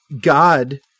God